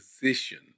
position